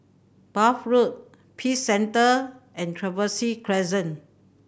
Bath Road Peace Centre and Trevose Crescent